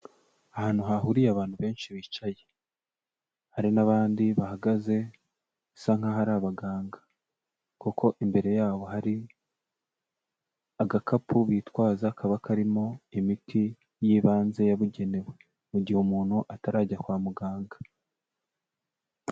Ahantu hahuriye abantu benshi bicaye hari n'abandi bahagaze bisa nk'aho ari abaganga kuko imbere yabo hari agakapu bitwaza kaba karimo imiti y'ibanze yabugenewe mu gihe umuntu atarajya kwa muganga.